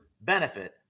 benefit